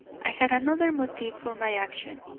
i had another motive for my action,